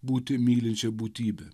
būti mylinčia būtybe